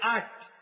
act